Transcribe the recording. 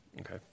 Okay